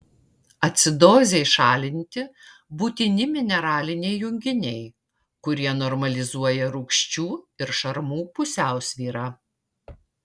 acidozei šalinti būtini mineraliniai junginiai kurie normalizuoja rūgščių ir šarmų pusiausvyrą